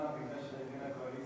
ההצעה שלא לכלול את